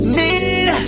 need